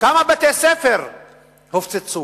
כמה בתי-ספר הופצצו?